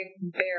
Bear